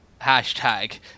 Hashtag